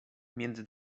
między